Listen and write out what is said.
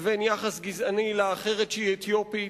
בין יחס גזעני לאחרת שהיא אתיופית,